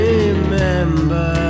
Remember